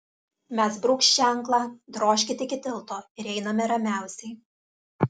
mes brūkšt ženklą drožkit iki tilto ir einame ramiausiai